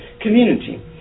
community